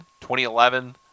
2011